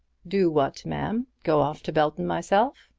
do what, ma'am? go off to belton myself?